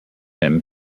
him